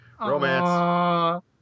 Romance